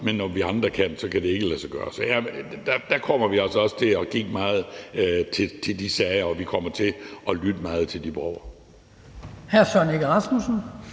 men når vi andre gør, kan det ikke lade sig gøre. Så der kommer vi altså også til at kigge meget på de sager, og vi kommer til at lytte meget til de borgere.